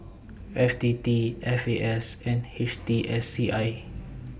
F T T F A S and H T S C I